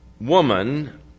woman